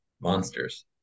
monsters